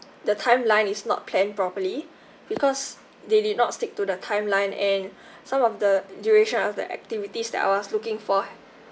the timeline is not planned properly because they did not stick to the timeline and some of the duration of the activities that I was looking for